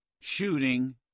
shooting